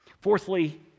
Fourthly